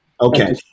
Okay